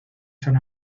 san